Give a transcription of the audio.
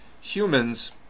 Humans